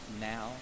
now